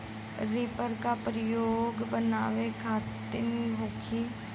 Reaper का प्रयोग का बनावे खातिन होखि?